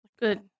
Good